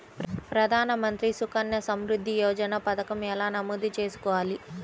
ప్రధాన మంత్రి సుకన్య సంవృద్ధి యోజన పథకం ఎలా నమోదు చేసుకోవాలీ?